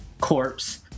corpse